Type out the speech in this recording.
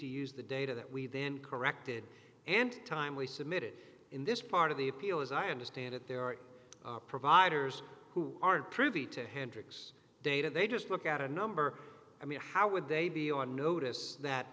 to use the data that we then corrected and timely submitted in this part of the appeal as i understand it there are providers who aren't privy to hendricks data they just look at a number i mean how would they be on notice that